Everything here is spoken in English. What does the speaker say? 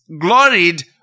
gloried